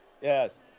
Yes